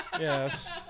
Yes